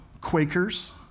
Quakers